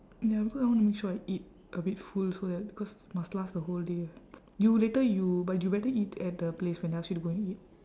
ya because I wanna make sure I eat a bit full so that because must last the whole day you later you but you better eat at the place when they ask you to go and eat